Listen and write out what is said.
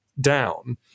down